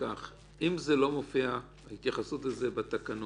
אם לא מופיעה ההתייחסות לזה בתקנות,